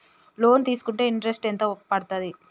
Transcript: Loan తీస్కుంటే interest ఎంత పడ్తది?